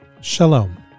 Shalom